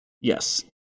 Yes